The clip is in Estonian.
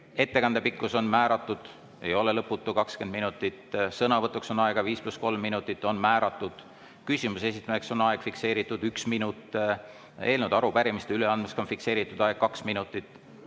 ettekande pikkus on määratud, ei ole lõputu: 20 minutit. Sõnavõtuks on aega 5 + 3 minutit, see on määratud. Küsimuse esitamiseks on aeg fikseeritud: üks minut. Eelnõude ja arupärimiste üleandmiseks on fikseeritud aeg kaks minutit.